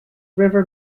river